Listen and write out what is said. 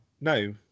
no